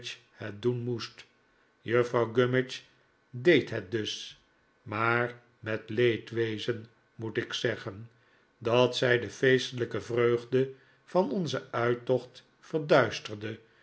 het doen moest juffrouw gummidge deed het dus maar met leedwezen moet ik zeggen dat zij de feestelijke vreugde van onzen uittocht